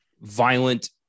violent